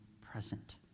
present